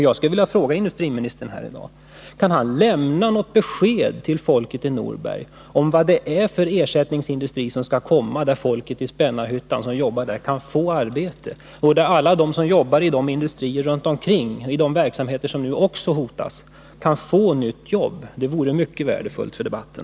Jag vill i dag fråga industriministern om han kan lämna något besked till folket i Norberg om vad det är för ersättningsindustri som skall komma, där de som jobbar i Spännarhyttan och i alla de industrier runt omkring som nu också hotas kan få nytt arbete. Ett sådant besked vore mycket värdefullt för debatten.